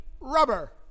rubber